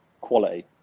quality